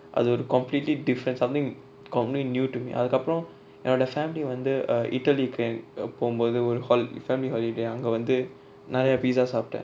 அது ஒரு:athu oru completely different something completely new to me அதுகப்ரோ என்னோட:athukapro ennoda family வந்து:vanthu err italy can ah போகும்போது ஒரு:pokumpothu oru hol~ family holiday அங்க வந்து நெரய:anga vanthu neraya pizza சாப்ட:saapta